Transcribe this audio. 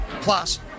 Plus